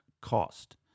cost